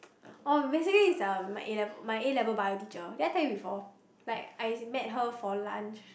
oh basically it's like my A-level my A-level bio teacher did I tell you before like I met her for lunch